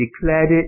declared